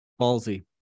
Ballsy